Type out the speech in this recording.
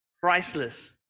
priceless